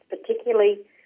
particularly